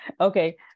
Okay